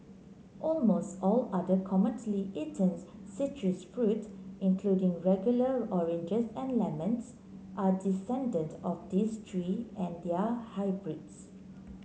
almost all other commonly eaten citrus fruits including regular oranges and lemons are descendant of these three and their hybrids